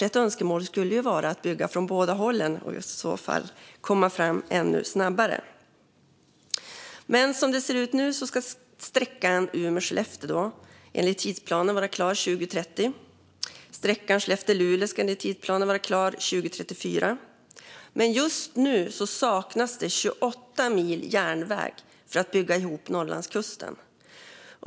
Ett önskemål skulle ju vara att man byggde från båda hållen, så att man kom fram ännu snabbare. Sträckan Umeå-Skellefteå ska enligt tidsplanen vara klar 2030. Sträckan Skellefteå-Luleå ska enligt tidsplanen vara klar 2034. Men just nu saknas det 28 mil järnväg för att bygga ihop Norrlandskusten.